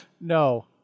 no